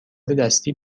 دستی